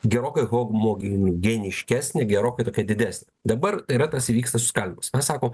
gerokai homogeniškesnė gerokai didesnė dabar yra tas vyksta susiskaldymas mes sakom